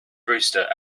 brewster